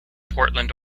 portland